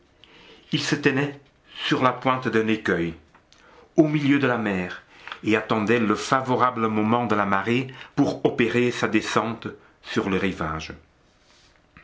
sur la pointe d'un écueil au milieu de la mer et attendait le favorable moment de la marée pour opérer sa descente sur le rivage